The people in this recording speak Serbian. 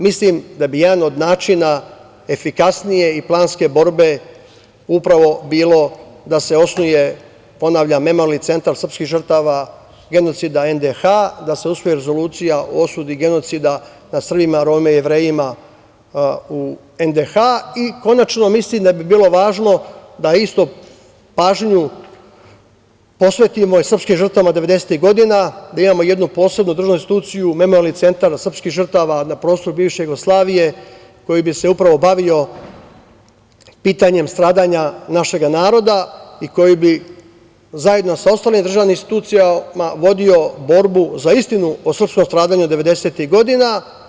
Mislim da bi jedan od načina efikasnije i planske borbe upravo bilo da se osnuje, ponavljam, memorijalni centar srpskih žrtava genocida NDH, da se usvoji rezolucija o osudi genocida nad Srbima, Romima i Jevrejima u NDH i konačno mislim da bi bilo važno da istu pažnju posvetimo i srpskim žrtvama u ratovima devedesetih godina, da imamo jednu posebnu državnu instituciju, memorijalni centar srpskih žrtava na prostoru bivše Jugoslavije koji bi se upravo bavio pitanjem stradanja našeg naroda i koji bi zajedno sa ostalim državnim institucijama vodio borbu za istinu o srpskom stradanju devedesetih godina.